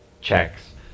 checks